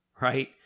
right